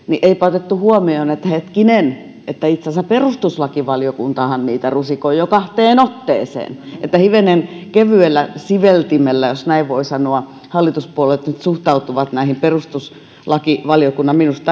mutta eipä otettu huomioon että hetkinen itse asiassa perustuslakivaliokuntahan niitä rusikoi jo kahteen otteeseen että hivenen kevyellä siveltimellä jos näin voi sanoa hallituspuolueet nyt suhtautuvat näihin perustuslakivaliokunnan minusta